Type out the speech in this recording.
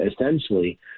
essentially